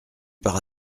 par